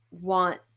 want